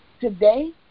today